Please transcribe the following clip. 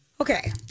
Okay